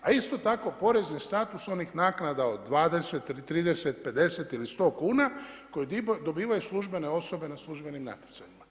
A isto tako porezni status onih naknada od 20, 30, 50 ili 100 kuna koje dobivaju službene osobe na službenim natjecanjima.